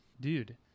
dude